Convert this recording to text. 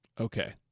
Okay